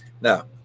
Now